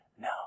No